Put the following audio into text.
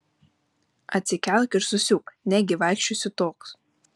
atsikelk ir susiūk negi vaikščiosiu toks